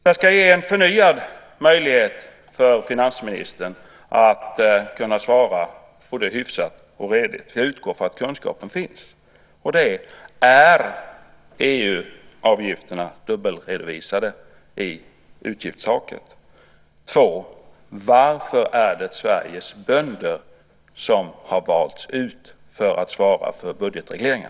Jag ska ge finansministern en förnyad möjlighet att svara både hyfsat och redigt. Jag utgår från att kunskapen finns. Är EU-avgifterna dubbelredovisade i utgiftstaket? Varför har Sveriges bönder valts ut till att svara för budgetregleringen?